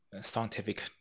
scientific